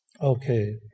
Okay